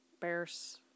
Bears